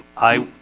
aye